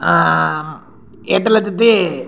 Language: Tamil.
எட்டு லட்சத்து